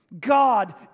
God